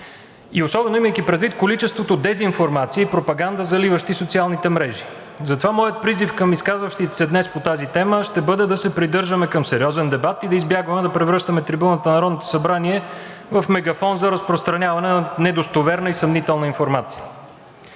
и особено имайки предвид количеството дезинформация и пропаганда, заливащи социалните мрежи. Затова моят призив към изказващите се днес по тази тема ще бъде да се придържаме към сериозен дебат и да избягваме да превръщаме трибуната на Народното събрание в мегафон за разпространяване на недостоверна и съмнителна информация.